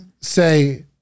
say